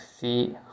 see